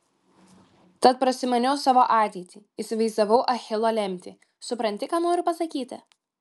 tad prasimaniau savo ateitį įsivaizdavau achilo lemtį supranti ką noriu pasakyti